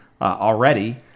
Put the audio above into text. already